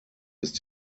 ist